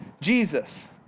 Jesus